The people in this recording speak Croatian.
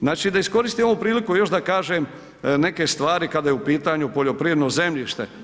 Znači da iskoristim ovu priliku još da kažem neke stvari kada je u pitanju poljoprivredno zemljište.